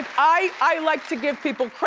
i like to give people,